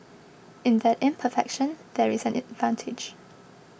in that imperfection there is an advantage